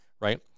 right